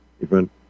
event